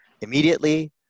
immediately